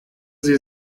sie